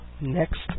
next